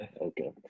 Okay